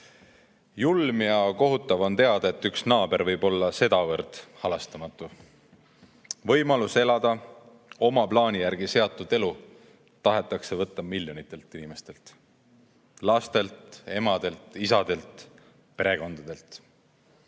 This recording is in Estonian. Julm ja kohutav on teada, et üks naaber võib olla sedavõrd halastamatu. Võimalus elada oma plaani järgi seatud elu tahetakse võtta miljonitelt inimestelt: lastelt, emadelt, isadelt, perekondadelt.